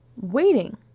waiting